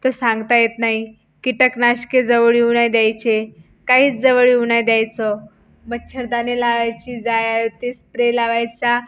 ते सांगता येत नाही कीटकनाशके जवळ येऊ नाही द्यायचे काहीच जवळ येऊ नाही द्यायचं मच्छरदाणी लावायची जाळ्याची स्प्रे लावायचा